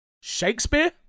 shakespeare